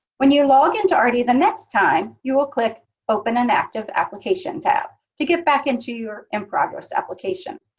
when you log into artie the next time, you will click open an active application tab to get back into your in-progress application.